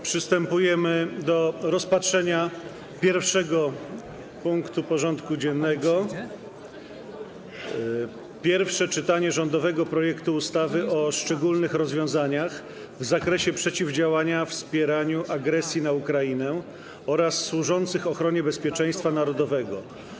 Przystępujemy do rozpatrzenia punktu 1. porządku dziennego: Pierwsze czytanie rządowego projektu ustawy o szczególnych rozwiązaniach w zakresie przeciwdziałania wspieraniu agresji na Ukrainę oraz służących ochronie bezpieczeństwa narodowego.